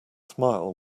smile